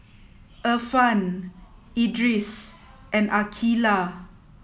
Irfan Idris and Aqeelah